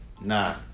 nah